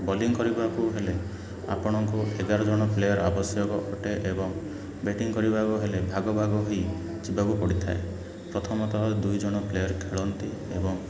bowling କରିବାକୁ ହେଲେ ଆପଣଙ୍କୁ ଏଗାର ଜଣ ପ୍ଲେୟାର୍ ଆବଶ୍ୟକ ଅଟେ ଏବଂ ବ୍ୟାଟିଙ୍ଗ କରିବାକୁ ହେଲେ ଭାଗ ଭାଗ ହେଇଯିବାକୁ ପଡ଼ିଥାଏ ପ୍ରଥମତଃ ଦୁଇ ଜଣ ପ୍ଲେୟାର୍ ଖେଳନ୍ତି ଏବଂ